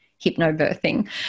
hypnobirthing